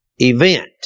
event